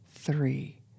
three